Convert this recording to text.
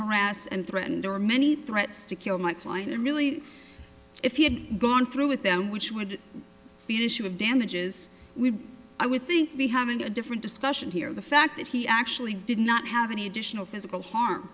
harass and threaten there were many threats to kill my client and really if he had gone through with them which would be an issue of damages we i would think be having a different discussion here the fact that he actually did not have any additional physical harm